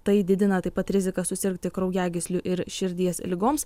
tai didina taip pat riziką susirgti kraujagyslių ir širdies ligoms